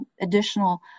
additional